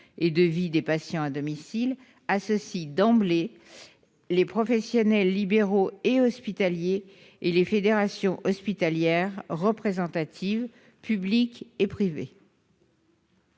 et de vie des patients à domicile, associe d'emblée les professionnels libéraux et hospitaliers et les fédérations hospitalières représentatives, publiques et privées.